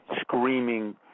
screaming